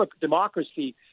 democracy